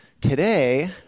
Today